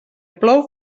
plou